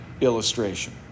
illustration